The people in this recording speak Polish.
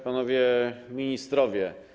Panowie Ministrowie!